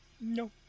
No